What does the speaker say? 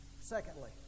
Secondly